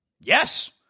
yes